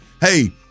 Hey